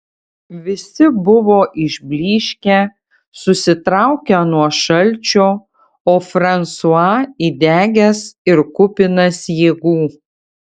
visi buvo išblyškę susitraukę nuo šalčio o fransua įdegęs ir kupinas jėgų